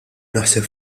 naħseb